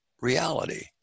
reality